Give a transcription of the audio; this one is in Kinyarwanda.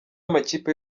amakipe